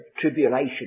tribulation